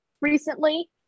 recently